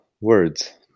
words